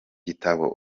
gitabo